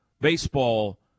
Baseball